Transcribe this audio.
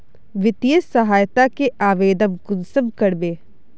वित्तीय सहायता के आवेदन कुंसम करबे?